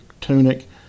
tunic